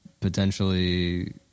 Potentially